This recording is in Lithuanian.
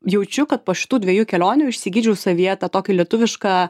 jaučiu kad po šitų dviejų kelionių išsigydžiau savyje tą tokį lietuvišką